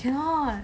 cannot